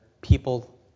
people